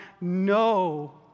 no